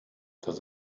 das